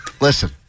Listen